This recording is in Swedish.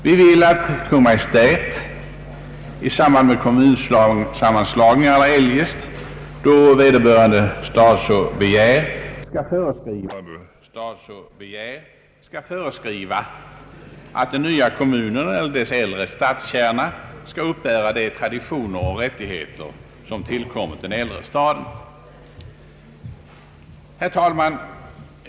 Vi vill att Kungl. Maj:t i samband med kommunsammanslagningar eller eljest, då vederbörande stad så begär, skall föreskriva att den nya kommunen eller dess äldre stadskärna skall uppbära de traditioner och rättigheter som tillkommit den äldre staden. Herr talman!